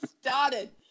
started